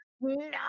no